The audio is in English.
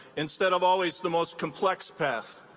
instead of always the most complex path.